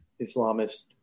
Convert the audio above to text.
Islamist